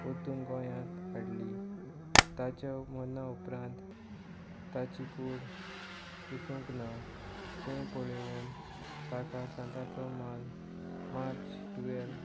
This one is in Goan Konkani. परतून गोंयांत हाडली ताच्या मोन्ना उपरांत ताची कूड कुसूंक ना हे पळेवून ताका सांताचो मान मार्च टुवेल